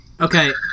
Okay